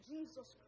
Jesus